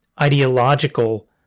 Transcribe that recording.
ideological